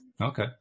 okay